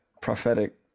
prophetic